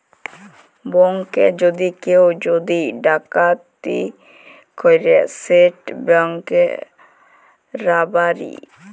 ব্যাংকে যদি কেউ যদি ডাকাতি ক্যরে সেট ব্যাংক রাবারি